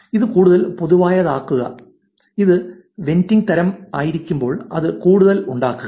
ഇത് കൂടുതൽ പൊതുവായതാക്കുക അത് വെന്റിംഗ് തരം ആയിരിക്കുമ്പോൾ ഇത് കൂടുതൽ ഉണ്ടാക്കുക